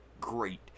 great